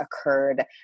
occurred